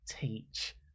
teach